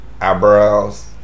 Eyebrows